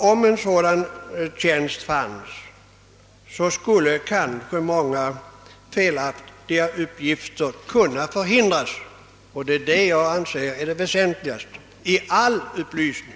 Om en sådan tjänst fanns, skulle kanske många felaktiga uppgifter kunna förhindras, och det anser jag vara det väsentligaste i all upplysning.